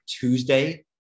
Tuesday